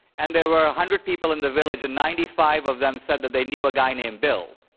and there were a hundred people in the village, and ninety five of them said that they knew a guy named bill,